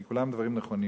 כי כולם דברים נכונים,